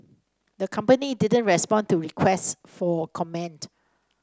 the company didn't respond to requests for comment